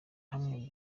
hamwe